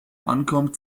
ankommt